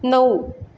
नऊ